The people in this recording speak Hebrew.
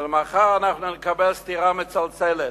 ומחר אנחנו נקבל סטירה מצלצלת,